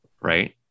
Right